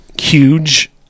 huge